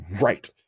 right